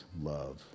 love